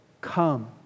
Come